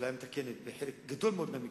יש אפליה מתקנת בחלק גדול מאוד מהמקרים,